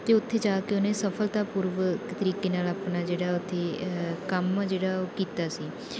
ਅਤੇ ਉੱਥੇ ਜਾ ਕੇ ਉਹਨੇ ਸਫਲਤਾ ਪੂਰਵਕ ਤਰੀਕੇ ਨਾਲ ਆਪਣਾ ਜਿਹੜਾ ਉੱਥੇ ਕੰਮ ਜਿਹੜਾ ਉਹ ਕੀਤਾ ਸੀ